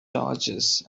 dodges